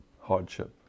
hardship